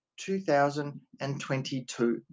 2022